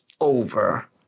over